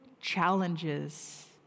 challenges